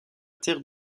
terre